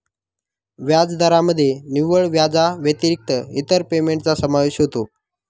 व्याजदरामध्ये निव्वळ व्याजाव्यतिरिक्त इतर पेमेंटचा समावेश होतो